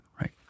Right